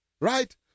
right